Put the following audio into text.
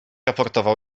aportował